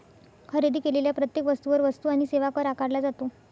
खरेदी केलेल्या प्रत्येक वस्तूवर वस्तू आणि सेवा कर आकारला जातो